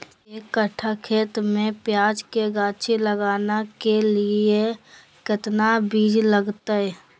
एक कट्ठा खेत में प्याज के गाछी लगाना के लिए कितना बिज लगतय?